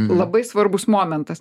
labai svarbus momentas